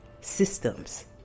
systems